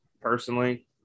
personally